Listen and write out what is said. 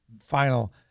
final